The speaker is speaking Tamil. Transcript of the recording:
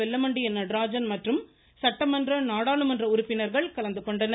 வெல்லமண்டி என் நடராஜன் மற்றும் சட்டமன்ற நாடாளுமன்ற உறுப்பினர்கள் கலந்துகொண்டனர்